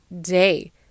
day